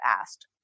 asked